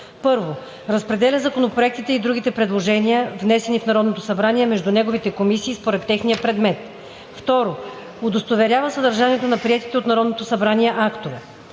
1. разпределя законопроектите и другите предложения, внесени в Народното събрание, между неговите комисии според техния предмет; 2. удостоверява съдържанието на приетите от Народното събрание актове;